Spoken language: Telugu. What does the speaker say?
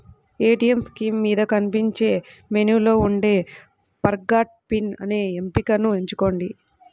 ఏటీయం స్క్రీన్ మీద కనిపించే మెనూలో ఉండే ఫర్గాట్ పిన్ అనే ఎంపికను ఎంచుకోండి